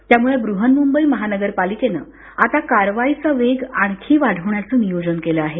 त्यामुळे ब्रहन्मुंबई महानगरपालिकेनं आता कारवाईचा वेग आणखी वाढवण्याचं नियोजन केलं आहे